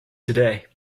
today